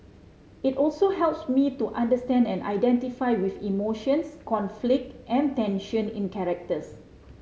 it also helps me to understand and identify with emotions conflict and tension in characters